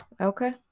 okay